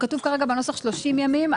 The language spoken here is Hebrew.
כתוב כרגע בנוסח 30 ימים.